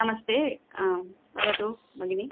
नमस्ते आं वदतु भगिनि